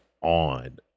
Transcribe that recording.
on